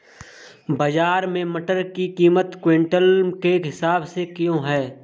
बाजार में मटर की कीमत क्विंटल के हिसाब से क्यो है?